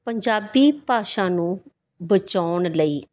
ਪੰਜਾਬੀ ਭਾਸ਼ਾ ਨੂੰ ਬਚਾਉਣ ਲਈ